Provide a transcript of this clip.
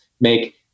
make